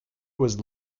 was